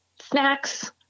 snacks